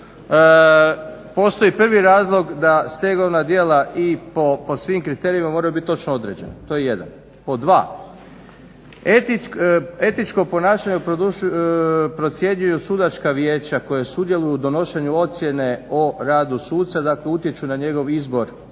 Postoji prvi razlog da stegovna djela po svim kriterijima moraju biti točno određena, to je jedan. Pod dva, etičko ponašanje procjenjuju sudačka vijeća koja sudjeluju u donošenju ocjene o radu suca, dakle utječu na njegov izbor